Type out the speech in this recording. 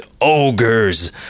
ogres